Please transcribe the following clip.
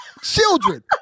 Children